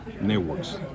networks